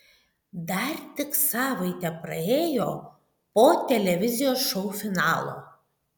dar tik savaitė praėjo po televizijos šou finalo